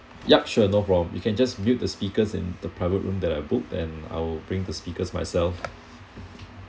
ya sure no problem you can just build the speakers in the private room that I book and I'll bring the speakers myself